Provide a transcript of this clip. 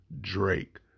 Drake